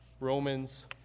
Romans